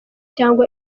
cyangwa